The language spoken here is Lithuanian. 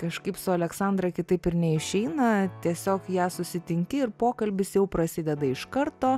kažkaip su aleksandra kitaip ir neišeina tiesiog ją susitinki ir pokalbis jau prasideda iš karto